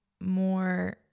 more